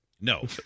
No